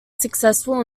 successful